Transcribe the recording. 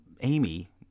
Amy